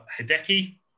Hideki